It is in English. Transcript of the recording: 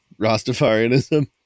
Rastafarianism